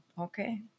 okay